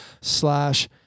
slash